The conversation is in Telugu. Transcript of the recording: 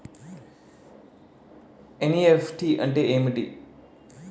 ఎన్.ఈ.ఎఫ్.టి అంటే ఏమిటి?